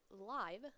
live